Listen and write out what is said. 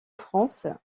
france